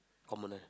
commoner